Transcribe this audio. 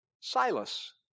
Silas